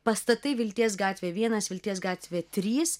pastatai vilties gatvė vienas vilties gatvė trys